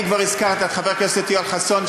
אם כבר הזכרת את חבר הכנסת יואל חסון,